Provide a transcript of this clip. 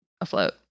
afloat